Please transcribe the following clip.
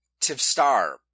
Tivstar